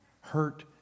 Hurt